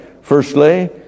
Firstly